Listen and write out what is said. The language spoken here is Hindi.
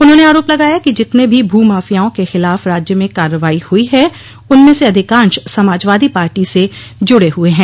उन्होंने आरोप लगाया कि जितने भी भू माफियाओं के खिलाफ राज्य में कार्रवाई हुई है उनमें से अधिकांश समाजवादी पार्टी से जुड़े हुए है